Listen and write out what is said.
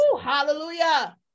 Hallelujah